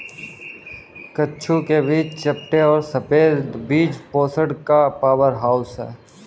कद्दू के बीज चपटे और सफेद बीज पोषण का पावरहाउस हैं